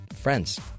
friends